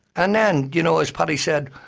and then, you know, as paddy said,